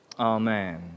Amen